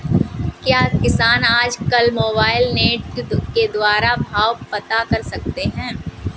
क्या किसान आज कल मोबाइल नेट के द्वारा भाव पता कर सकते हैं?